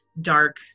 dark